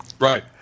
Right